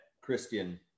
Christian